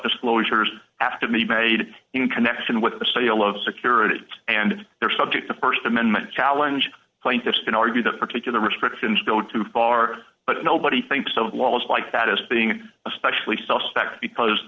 disclosures asked of me made in connection with the sale of security and they're subject to st amendment challenge plaintiffs can argue that particular restrictions go too far but nobody thinks of laws like that as being especially